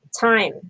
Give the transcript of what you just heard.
time